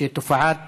שתופעת